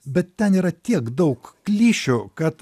bet ten yra tiek daug klišių kad